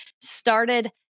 started